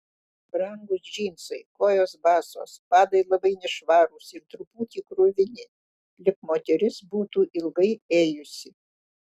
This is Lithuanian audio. brangūs džinsai kojos basos padai labai nešvarūs ir truputį kruvini lyg moteris būtų ilgai ėjusi